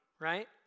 right